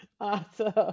Awesome